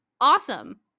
Awesome